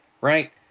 Right